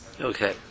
Okay